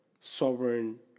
sovereign